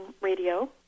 radio